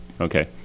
Okay